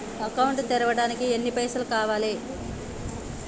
Account తెరవడానికి ఎన్ని పైసల్ కావాలే?